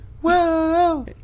Whoa